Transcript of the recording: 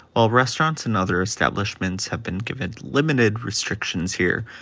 while restaurants and other establishments have been given limited restrictions here,